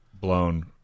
blown